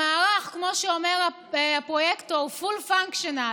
המערך, כמו שאומר הפרויקטור, ה-full functional,